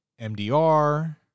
MDR